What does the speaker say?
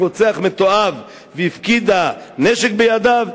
רוצח מתועב והפקידה נשק בידיו?